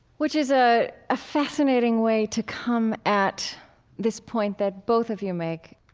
which is a ah fascinating way to come at this point that both of you make,